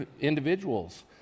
individuals